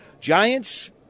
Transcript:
Giants